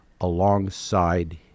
alongside